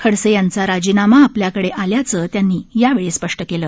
खडसे यांचा राजीनामा आपल्याकडे आल्याचं त्यांनी यावेळी स्पष्ट केलं